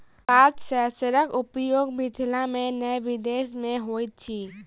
पात सेंसरक उपयोग मिथिला मे नै विदेश मे होइत अछि